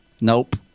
Nope